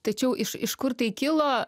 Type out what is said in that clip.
tačiau iš iš kur tai kilo